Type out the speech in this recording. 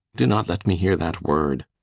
do not let me hear that word!